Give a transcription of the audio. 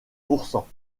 pourcents